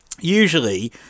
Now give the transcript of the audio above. Usually